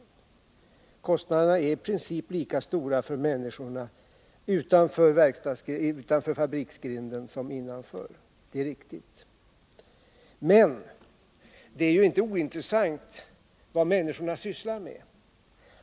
Det är riktigt att kostnaderna i princip är lika stora för människorna utanför fabriksgrinden som innanför. Men det är ju inte ointressant vad människorna sysslar med.